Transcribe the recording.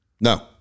No